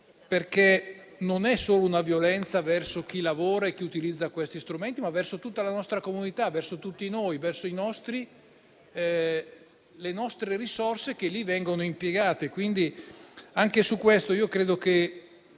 perché non è solo una violenza verso chi lavora e chi utilizza questi strumenti, ma verso tutta la nostra comunità, verso tutti noi e verso le nostre risorse che lì vengono impiegate.